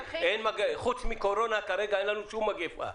חוץ מקורונה כרגע אין לנו שום מגפה.